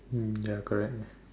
mm ya correct ya